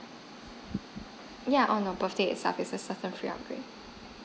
yeah on the birthday itself it's a certain free upgrade